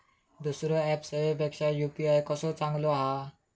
दुसरो ऍप सेवेपेक्षा यू.पी.आय कसो चांगलो हा?